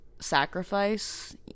sacrifice